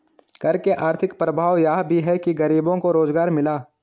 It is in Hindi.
कर के आर्थिक प्रभाव यह भी है कि गरीबों को रोजगार मिला